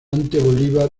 bolívar